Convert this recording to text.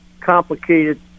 complicated